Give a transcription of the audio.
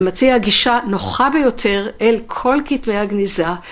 מציע גישה נוחה ביותר אל כל כתבי הגניזה.